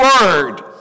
word